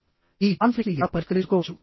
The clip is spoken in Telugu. ఈ కాన్ఫ్లిక్ట్ని ఎలా పరిష్కరించుకోవచ్చు